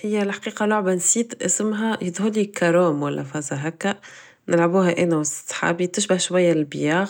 هي الحقيقة لعبة نسيت اسمها يظهرلي كوروم ولا حاجة كيما هكدا نلعبوها انا و صحابي تشبه شوية البيار